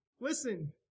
Listen